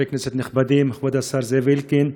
חברי הכנסת הנכבדים, כבוד השר זאב אלקין,